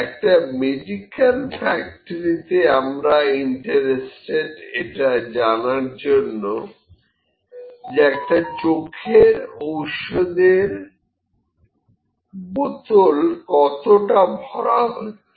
একটা মেডিকেল ফ্যাক্টরিতে আমরা ইন্টারেস্টেড এটা জানার জন্য যে একটা চোখের ঔষধের এর বোতল কতটা ভরা হচ্ছে